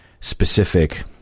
specific